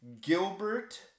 Gilbert